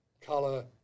color